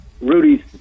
Rudy's